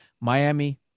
Miami